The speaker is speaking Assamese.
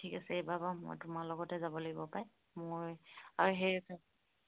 ঠিক আছে এইবাৰৰপৰা মই তোমাৰ লগতে যাব লাগিব পাই মোৰ আৰু সেই